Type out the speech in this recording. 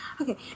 Okay